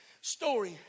Story